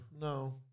No